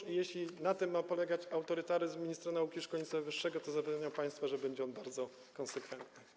I jeśli na tym ma polegać autorytaryzm ministra nauki i szkolnictwa wyższego, to zapewniam państwa, że będzie on bardzo konsekwentny.